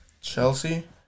Chelsea